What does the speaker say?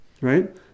Right